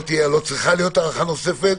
לא צריכה להיות הארכה נוספת,